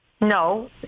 No